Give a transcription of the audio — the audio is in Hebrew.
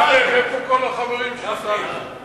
בעד, 33, נגד, 1, נמנעים, אין.